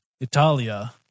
Italia